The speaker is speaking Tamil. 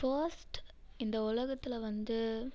ஃபஸ்ட் இந்த உலகத்தில் வந்து